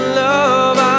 love